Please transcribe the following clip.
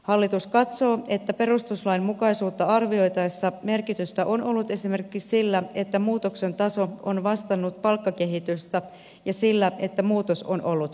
hallitus katsoo että perustuslainmukaisuutta arvioitaessa merkitystä on ollut esimerkiksi sillä että muutoksen taso on vastannut palkkakehitystä ja sillä että muutos on ollut vähäinen